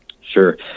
Sure